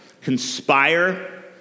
conspire